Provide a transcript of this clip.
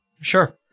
sure